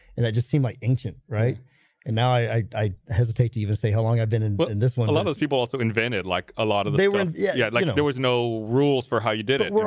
and i just see my ancient right and now i i? hesitate to even say how long i've been in but and this one of those people also invent it like a lot of they were yeah yeah like you know there was no rules for how you did it